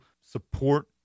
support